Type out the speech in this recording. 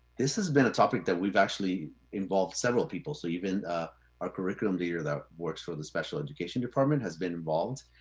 this has been a topic that we've actually involved several people. so even ah our curriculum leader that works for the special education department has been involved.